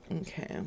Okay